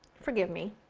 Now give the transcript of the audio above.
forgive me.